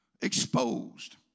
exposed